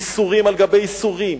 איסורים על גבי איסורים,